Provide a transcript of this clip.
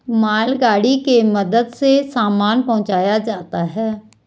मालगाड़ी के मदद से सामान पहुंचाया जाता है